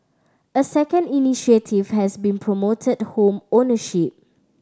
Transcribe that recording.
a second initiative has been promoted home ownership